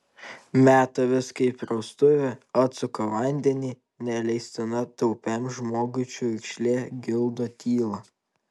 meta viską į praustuvę atsuka vandenį neleistina taupiam žmogui čiurkšlė gildo tylą